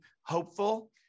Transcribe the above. hopeful